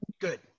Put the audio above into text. good